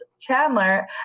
Chandler